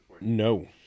No